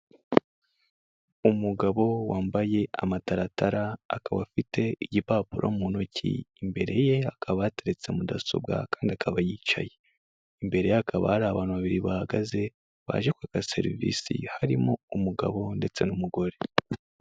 Umugabo wambaye amataratara akaba afite igipapuro mu ntoki imbere ye hakaba hateretse mudasobwa kandi akaba yicaye imbere ye hakaba hari abantu babiri bahagaze baje kwaka serivisi harimo umugabo, ndetse n'umugore.